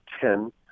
ten